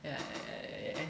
yeah